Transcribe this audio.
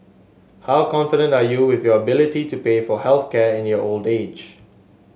how confident are you with your ability to pay for health care in your old age